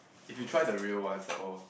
if you try the real ones are all